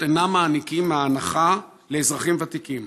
אינם מעניקים את ההנחה לאזרחים ותיקים.